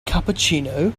cappuccino